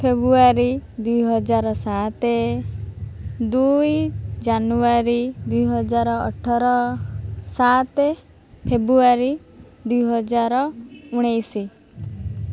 ଫେବୃୟାରୀ ଦୁଇହଜାର ସାତ ଦୁଇ ଜାନୁୟାରୀ ଦୁଇହଜାର ଅଠର ସାତ ଫେବୃୟାରୀ ଦୁଇ ହଜାର ଉଣେଇଶି